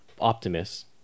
optimus